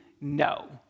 no